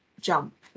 jump